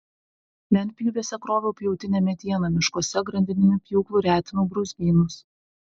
lentpjūvėse kroviau pjautinę medieną miškuose grandininiu pjūklu retinau brūzgynus